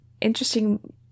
interesting